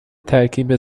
ترکیب